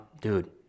dude